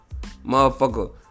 Motherfucker